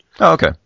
Okay